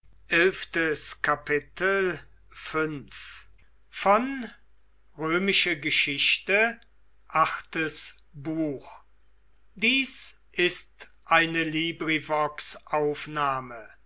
sind ist eine